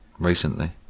Recently